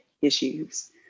issues